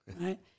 right